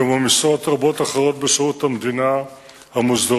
כמו משרות רבות אחרות בשירות המדינה המוסדרות